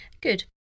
good